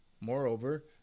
Moreover